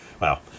Wow